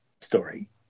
story